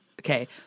okay